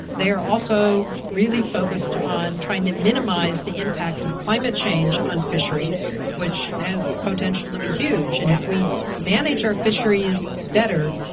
they are also really focused on trying to minimise the impact of climate change on fisheries which has potential to be huge. and if we manage our fisheries better,